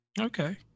Okay